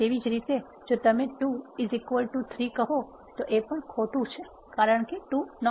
તેવી જ રીતે જો તમે 2 3 કહો છો તો તે પણ ખોટું કહેશે કારણ કે 2